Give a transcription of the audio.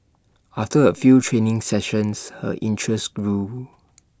after A few training sessions her interest grew